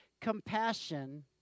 compassion